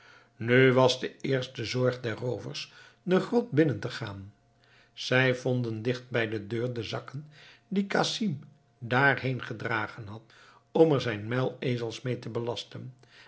nu was de eerste zorg der roovers de grot binnen te gaan zij vonden dicht bij de deur de zakken die casim daarheen gedragen had om er zijn muilezels mee te belasten